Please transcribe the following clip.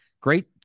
great